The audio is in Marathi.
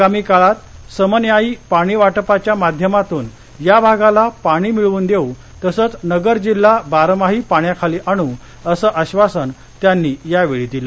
आगामी काळात समन्यायी पाणी वाटपाच्या माध्यमातून या भागाला पाणी मिळवून देऊ तसंच नगर जिल्हा बारमाही पाण्याखाली आणू असं आश्वासन त्यांनी यावेळी दिलं